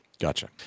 Gotcha